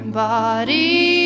body